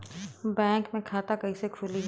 Bank मे खाता कईसे खुली हो?